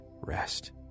rest